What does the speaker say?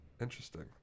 Interesting